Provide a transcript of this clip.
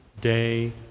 day